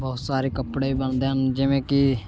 ਬਹੁਤ ਸਾਰੇ ਕੱਪੜੇ ਬਣਦੇ ਹਨ ਜਿਵੇਂ ਕਿ